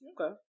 Okay